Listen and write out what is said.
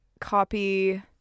copy